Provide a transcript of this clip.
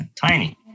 tiny